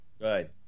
Good